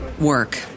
work